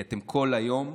כי אתם כל היום,